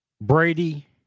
Brady